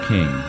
King